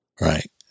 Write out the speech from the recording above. right